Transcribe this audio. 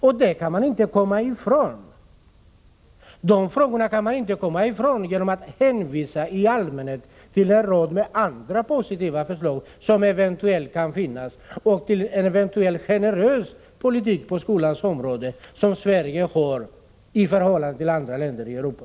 Man kan inte komma ifrån de frågorna genom att rent allmänt hänvisa till en rad andra positiva förslag som eventuellt kan finnas och till en eventuell generös svensk politik på skolans område, i förhållande till andra länder i Europa.